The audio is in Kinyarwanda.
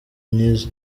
myiza